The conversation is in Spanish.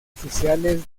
oficiales